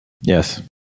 yes